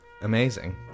amazing